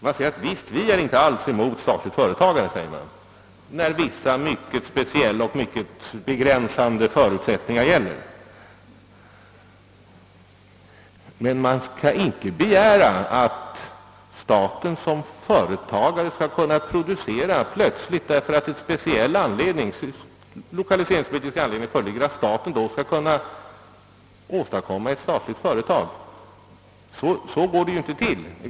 Man säger: »Vi är inte alls motståndare till statligt företagande, när vissa mycket speciella och begränsande förutsättningar föreligger.» Men man kan ju inte begära att staten som företagare helt plötsligt, bara därför att speciella 1okaliseringspolitiska skäl föreligger, skall kunna starta ett företag. Så går det inte till.